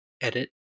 edit